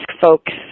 folks